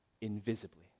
invisibly